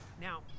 Now